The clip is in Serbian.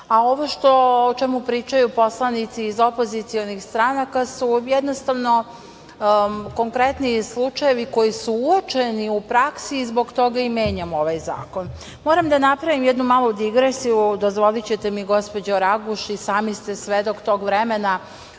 a ovo o čemu pričaju poslanici iz opozicionih stranaka su jednostavno konkretni slučajevi koji su učeni u praksi i zbog toga i menjamo ovaj zakon. Moram da napravim jednu malu digresiju, dozvolićete mi gospođo Raguš, i sami ste svedok tog vremena,